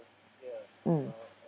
mm